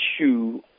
issue